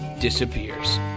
disappears